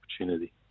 opportunity